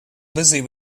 busy